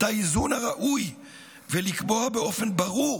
את האיזון הראוי ולקבוע באופן ברור